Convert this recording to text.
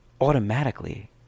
automatically